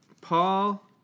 Paul